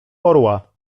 orła